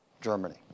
Germany